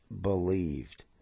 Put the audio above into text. believed